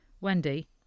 Wendy